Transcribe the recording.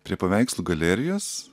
prie paveikslų galerijos